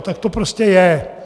Tak to prostě je.